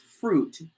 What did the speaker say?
fruit